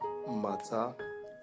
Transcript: matter